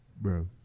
bro